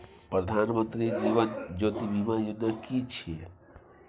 प्रधानमंत्री जीवन ज्योति बीमा योजना कि छिए?